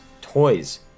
toys